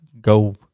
go